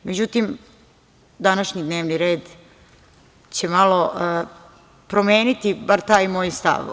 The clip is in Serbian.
Međutim, današnji dnevni red će malo promeniti bar taj moj stav.